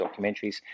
documentaries